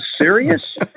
serious